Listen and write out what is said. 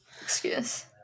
Excuse